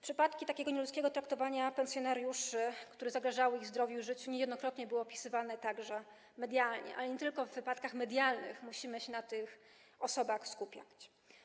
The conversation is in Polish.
Przypadki takiego nieludzkiego traktowania pensjonariuszy, które zagrażały ich zdrowiu i życiu, niejednokrotnie było opisywane także medialnie, ale nie tylko w wypadkach medialnych musimy się na tych osobach skupiać.